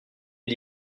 est